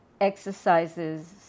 exercises